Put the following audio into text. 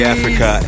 Africa